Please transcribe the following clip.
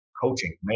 coaching